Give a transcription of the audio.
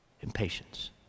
Impatience